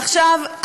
עכשיו,